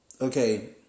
okay